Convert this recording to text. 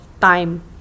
time